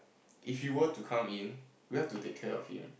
if you were to come in we have to take care of him